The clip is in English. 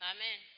Amen